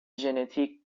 ژنتیک